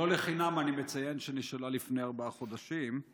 שלא לחינם אני מציין שהיא נשאלה לפני ארבעה חודשים.